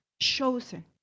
chosen